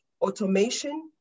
automation